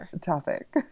topic